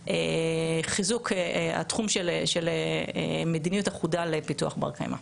של חיזוק התחום של מדיניות אחודה לפיתוח בר קיימא.